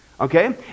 Okay